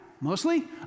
Mostly